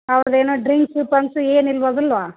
ಅವ್ರದ್ದೇನು drinks ಪಂಕ್ಸು ಏನು ಇಲ್ಲ ಹೌದಲ್ಲೋ